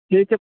ठीक है